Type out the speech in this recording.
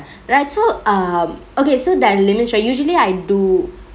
right so um okay so that limits right usually I do